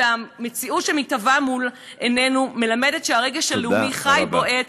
המציאות שמתהווה מול עינינו מלמדת שהרגש הלאומי חי ובועט,